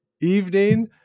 evening